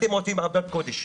אתם עושים עבודת קודש,